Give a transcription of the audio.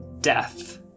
Death